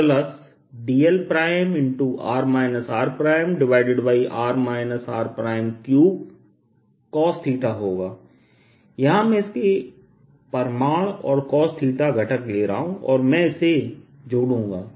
3 cos होगा यहां मैं इसका परिमाण और cos घटक ले रहा हूं और मैं इसे जोड़ूंगा